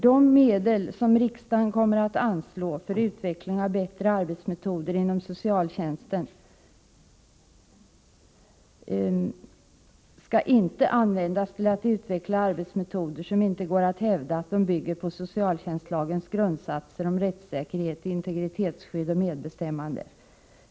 De medel som riksdagen kommer att anslå för utveckling av bättre arbetsmetoder inom socialtjänsten skall inte användas till att utveckla arbetsmetoder som inte kan sägas bygga på socialtjänstlagens grundsatser om rättssäkerhet, integritetsskydd och medbestämmande.